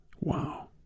Wow